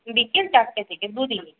বিকেল চারটে থেকে দুদিনই